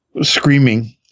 screaming